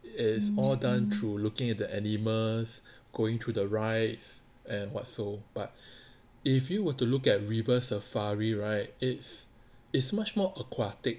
is all done through looking at the animals going through the rides and what so but if you were to look at river safari right it's is much more aquatic